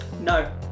No